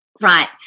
Right